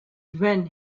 when